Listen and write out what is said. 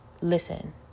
listen